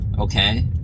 okay